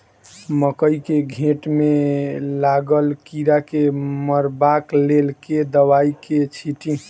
मकई केँ घेँट मे लागल कीड़ा केँ मारबाक लेल केँ दवाई केँ छीटि?